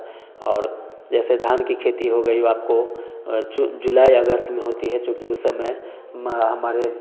और जैसे धान की खेती हो गई वह आपको जु जुलाई अगस्त में होती है क्योंकि उस समय में हमारे